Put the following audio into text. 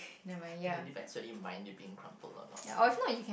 and it depends whether you mind leaving it crumpled or auto